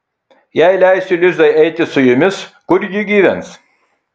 jei leisiu lizai eiti su jumis kur ji gyvens